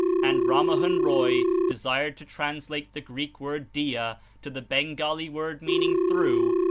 and ram mohun roy desired to translate the greek word dia to the bengali word meaning through,